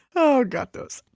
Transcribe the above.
oh gatos.